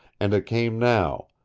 and it came now,